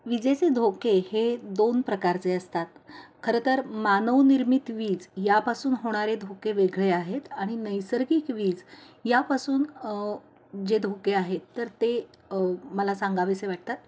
विजेचे धोके हे दोन प्रकारचे असतात खरंंतर मानवनिर्मित वीज यापासून होणारे धोके वेगळे आहेत आणि नैसर्गिक वीज यापासून जे धोके आहेत तर ते मला सांगावेसे वाटतात